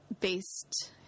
based